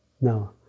No